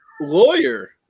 lawyer